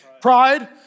Pride